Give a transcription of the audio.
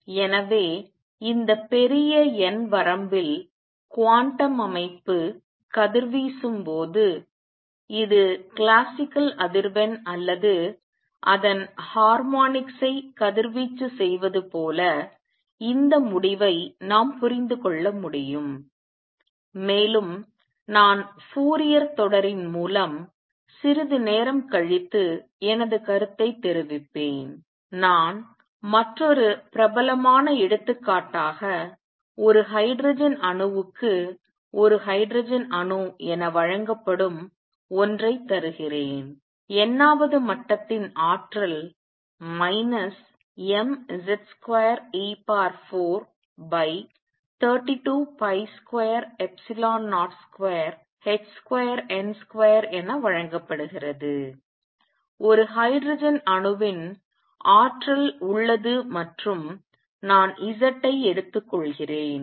எனவே இந்த பெரிய n வரம்பில் குவாண்டம் அமைப்பு கதிர்வீசும் போது இது கிளாசிக்கல் அதிர்வெண் அல்லது அதன் ஹார்மோனிக்ஸ் ஐ கதிர்வீச்சு செய்வது போல இந்த முடிவை நாம் புரிந்து கொள்ள முடியும் மேலும் நான் ஃபோரியர் தொடரின் மூலம் சிறிது நேரம் கழித்து எனது கருத்தைத் தெரிவிப்பேன் நான் மற்றொரு பிரபலமான எடுத்துக்காட்டாக ஒரு ஹைட்ரஜன் அணுவுக்கு ஒரு ஹைட்ரஜன் அணு என வழங்கப்படும் ஒன்றை தருகிறேன் n வது மட்டத்தின் ஆற்றல் mz2e432202h2n2 என வழங்கப்படுகிறது ஒரு ஹைட்ரஜன் அணுவின் ஆற்றல் உள்ளது மற்றும் நான் Z ஐ எடுத்துக்கொள்கிறேன்